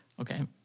Okay